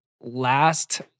last